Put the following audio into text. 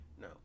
no